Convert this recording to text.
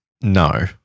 No